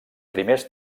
primers